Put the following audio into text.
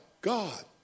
God